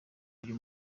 uyu